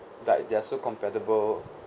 like they are so compatible